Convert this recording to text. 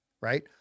right